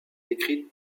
écrite